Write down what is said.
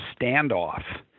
standoff